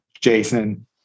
jason